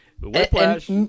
Whiplash